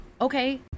Okay